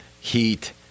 Heat